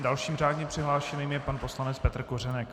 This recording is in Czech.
Dalším přihlášeným je pan poslanec Petr Kořenek.